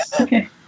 Okay